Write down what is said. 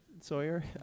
Sawyer